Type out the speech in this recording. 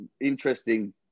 interesting